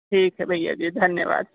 ठीक है भैया जी धन्यवाद